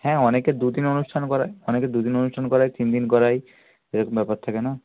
হ্যাঁ অনেকে দুদিনে অনুষ্ঠান করায় অনেকে দুদিনে অনুষ্ঠান করায় তিন দিন করায় এরকম ব্যাপার থাকে না